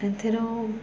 ଏଥିରୁ